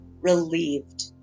relieved